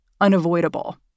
Unavoidable